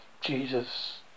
Jesus